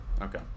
Okay